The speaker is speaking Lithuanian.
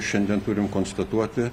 šiandien turim konstatuoti